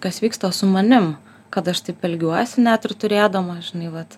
kas vyksta su manim kad aš taip elgiuosi net ir turėdama žinai vat